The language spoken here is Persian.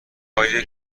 کاریه